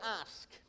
ask